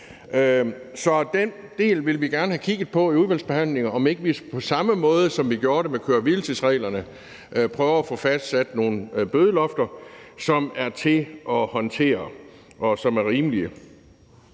Så den del vil vi gerne have kigget på i udvalgsbehandlingen, om ikke vi på samme måde, som vi gjorde det med køre-hvile-tids-reglerne, kan prøve at få fastsat nogle bødelofter, som er til at håndtere, og som er rimelige.